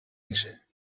میشه